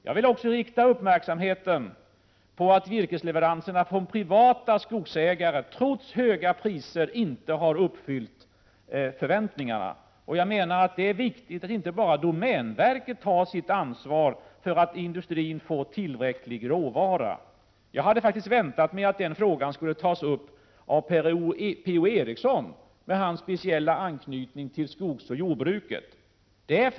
Jag vill också rikta uppmärksamheten på att virkesleveranserna från privata skogsägare trots höga priser inte har uppfyllt förväntningarna. Jag menar att det är viktigt att inte bara domänverket tar sitt ansvar för att industrin får tillräckligt med råvaror. Jag hade faktiskt väntat mig att den frågan skulle tas upp av P-O Eriksson med hans speciella anknytning till skogsoch jordbruket.